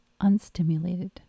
unstimulated